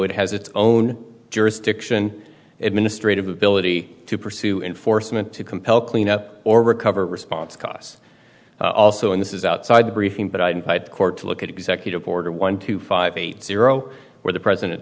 it has its own jurisdiction administrative ability to pursue enforcement to compel cleanup or recover response costs also and this is outside the briefing but i'd court to look at executive order one two five eight zero where the president